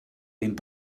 vint